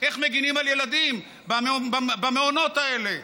איך מגינים על ילדים במעונות האלה.